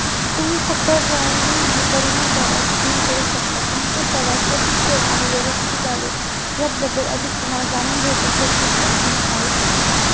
तुम्ही फक्त ड्रायविंग आणि परिवहन प्रवास पिन करू शकता तुमचे प्रवास कसे सेव आणि व्यवस्थित झाले याबद्धल अधिक तुम्हाला जाणून घ्यायचं असल्यास टिपमध्ये तुम्ही पाहू शकता